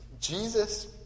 jesus